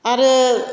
आरो